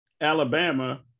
Alabama